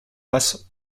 passe